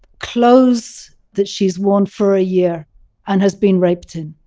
clothes that she's worn for a year and has been raped in.